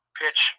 pitch